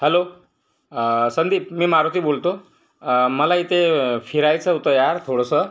hello Sandeep मी मारुती बोलतो मला इथे फिरायचं होत यार थोडंसं